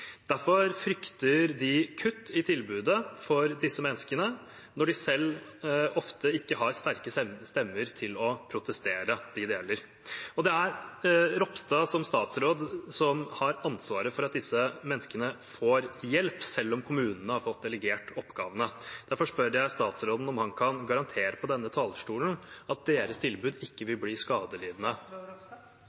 Derfor frykter de kutt i tilbudet for disse menneskene når de det gjelder, selv ofte ikke har sterke stemmer til å protestere. Det er Ropstad som statsråd som har ansvaret for at disse menneskene får hjelp, selv om kommunene har fått delegert oppgavene. Derfor spør jeg statsråden om han kan garantere fra denne talerstolen at deres tilbud ikke vil bli skadelidende.